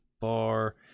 bar